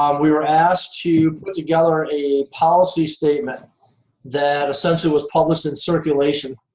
um we were asked to put together a policy statement that essentially was published in circulation,